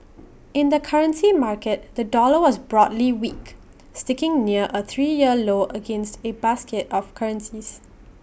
in the currency market the dollar was broadly weak sticking near A three year low against A basket of currencies